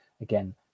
again